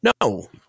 No